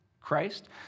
Christ